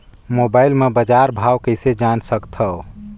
Mobile म बजार भाव कइसे जान सकथव?